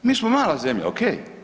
Mi smo mala zemlja, okej.